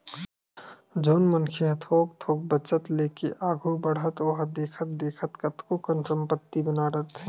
जउन मनखे ह थोक थोक बचत लेके आघू बड़थे ओहा देखथे देखत कतको कन संपत्ति बना डरथे